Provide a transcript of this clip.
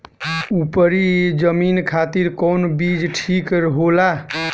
उपरी जमीन खातिर कौन बीज ठीक होला?